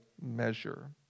measure